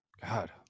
god